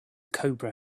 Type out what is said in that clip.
cobra